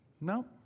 No